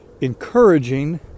encouraging